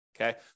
Okay